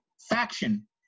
faction